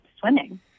swimming